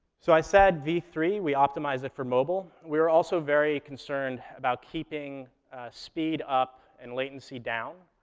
so i said v three, we optimized it for mobile. we are also very concerned about keeping speed up and latency down.